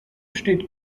steht